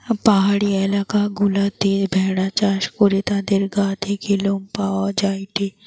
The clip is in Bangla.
পাহাড়ি এলাকা গুলাতে ভেড়া চাষ করে তাদের গা থেকে লোম পাওয়া যায়টে